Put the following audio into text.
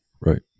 Right